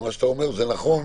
מה שאתה אומר נכון